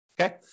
Okay